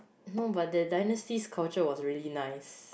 no but that dynasty's culture was really nice